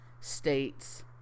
States